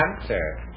answer